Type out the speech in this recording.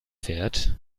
fährt